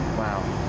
wow